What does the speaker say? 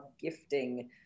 gifting